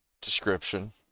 description